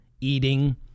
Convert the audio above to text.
eating